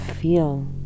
feel